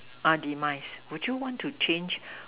demise would you you want to change